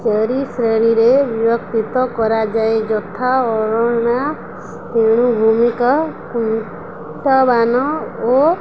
cherry ଶ୍ରେଣୀରେ ବିଭକ୍ତିତ କରାଯାଏ ଯଥା ଅରୁଣା ତୃଣଭୂମିକ କଣ୍ଟବାନ ଓ